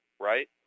right